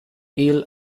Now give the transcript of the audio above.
hill